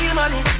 money